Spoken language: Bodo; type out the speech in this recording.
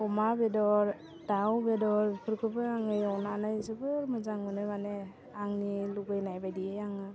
अमा बेदर दाउ बेदरफोरखौबो आङो एवनानै जोबोर मोजां मोनो माने आंनि लुगैनाय बायदियै आङो